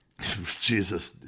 Jesus